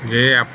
ଯେ